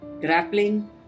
grappling